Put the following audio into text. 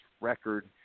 record